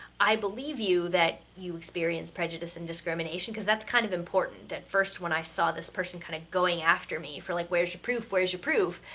i believe you that you experience prejudice and discrimination, cause that's kind of important, at first when i saw this person kinda kind of going after me, for like where's your proof, where's your proof,